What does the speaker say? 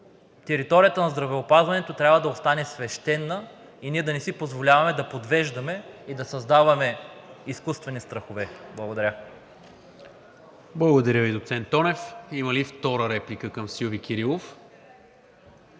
територията на здравеопазването трябва да остане свещена и ние да не си позволяваме да подвеждаме и да създаваме изкуствени страхове. Благодаря. ПРЕДСЕДАТЕЛ НИКОЛА МИНЧЕВ: Благодаря Ви, доцент Тонев. Има ли втора реплика към Силви Кирилов?